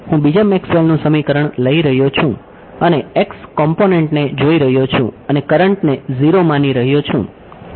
તેથી હું બીજા મેક્સવેલનું સમીકરણ લઈ રહ્યો છું અને x કોમ્પોનેંટ ને જોઈ રહ્યો છું અને કરંટને 0 માની રહ્યો છું